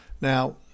Now